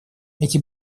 эти